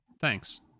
Thanks